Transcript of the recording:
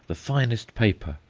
the finest paper,